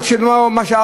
אבל זה לא ההרגשה,